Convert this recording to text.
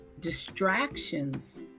distractions